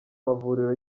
mavuriro